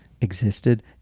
existed